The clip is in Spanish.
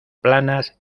planas